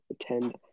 attend